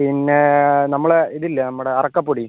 പിന്നെ നമ്മളെ ഇതില്ലേ നമ്മുടെ അറക്കപ്പൊടി